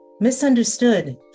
misunderstood